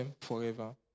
forever